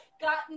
gotten